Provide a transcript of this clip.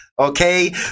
okay